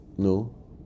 No